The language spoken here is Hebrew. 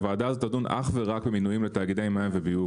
הוועדה הזאת תדון אך ורק במינויים בתאגידי מים וביוב,